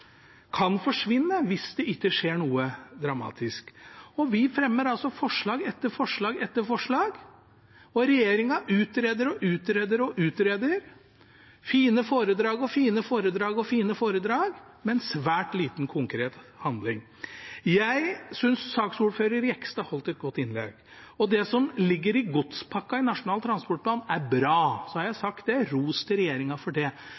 kan forsvinne hvis det ikke skjer noe dramatisk. Vi fremmer forslag etter forslag etter forslag, og regjeringen utreder og utreder og utreder – fine foredrag og fine foredrag og fine foredrag, men svært lite konkret handling. Jeg synes saksordfører Jegstad holdt et godt innlegg. Det som ligger i godspakka i Nasjonal transportplan, er bra. Så har jeg sagt det – ros til regjeringen for det,